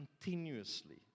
continuously